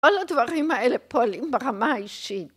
‫כל הדברים האלה פועלים ברמה האישית.